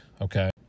Okay